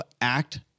act